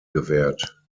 gewährt